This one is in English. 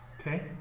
Okay